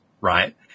right